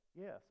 yes